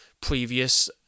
previous